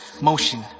motion